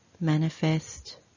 manifest